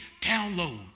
download